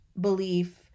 belief